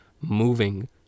moving